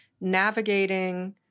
navigating